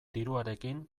diruarekin